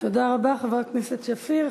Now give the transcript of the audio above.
תודה רבה, חברת הכנסת שפיר.